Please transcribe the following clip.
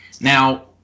Now